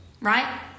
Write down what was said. right